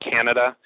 Canada